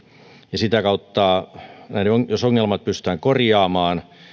ja sitä kautta että jos ongelmat pystytään korjaamaan